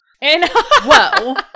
whoa